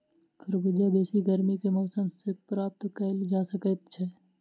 खरबूजा बेसी गर्मी के मौसम मे प्राप्त कयल जा सकैत छै